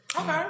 Okay